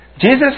Jesus